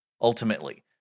Ultimately